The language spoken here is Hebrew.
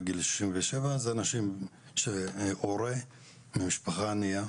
גיל 67 זה אנשים שהם הורה למשפחה ענייה,